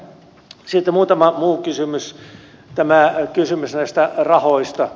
ja sitten muutama muu kysymys tämä kysymys näistä rahoista